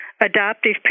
adoptive